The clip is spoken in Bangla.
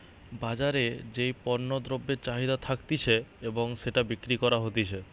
বাজারে যেই পণ্য দ্রব্যের চাহিদা থাকতিছে এবং সেটা বিক্রি করা হতিছে